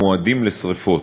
מועדים לשרפות.